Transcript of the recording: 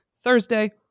Thursday